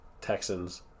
texans